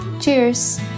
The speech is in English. cheers